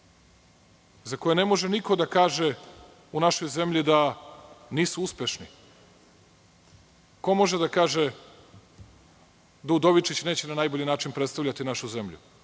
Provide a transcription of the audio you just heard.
Za koje ne može niko da kaže u našoj zemlji da nisu uspešni. Ko može da kaže da Udovičić neće na najbolji način predstavljati našu zemlju?